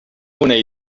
una